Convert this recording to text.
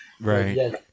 Right